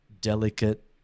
delicate